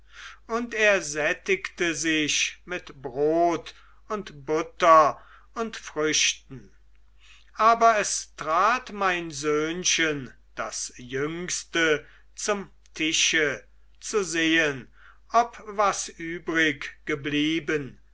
und er sättigte sich mit brot und butter und früchten aber es trat mein söhnchen das jüngste zum tische zu sehen ob was übriggeblieben